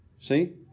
See